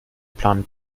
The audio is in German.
plan